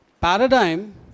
Paradigm